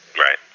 Right